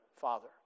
Father